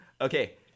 okay